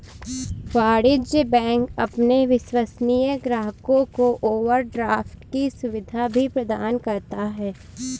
वाणिज्य बैंक अपने विश्वसनीय ग्राहकों को ओवरड्राफ्ट की सुविधा भी प्रदान करता है